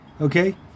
Okay